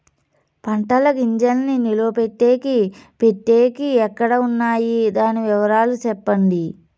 పంటల గింజల్ని నిలువ పెట్టేకి పెట్టేకి ఎక్కడ వున్నాయి? దాని వివరాలు సెప్పండి?